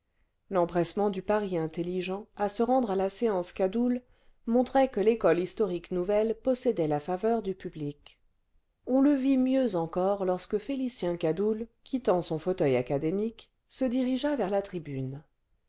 l'empressement du paris intelligent à se rendre à la séance cadoul montrait que l'école historique nouvelle possédait la faveur du public on le vit mieux encore lorsque félicien cadoul quittant son fauteuil académique se dirigea vers la tribune